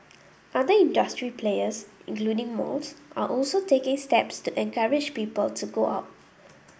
other industry players including malls are also taking steps to encourage people to go out